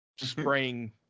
spraying